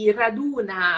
raduna